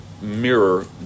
mirror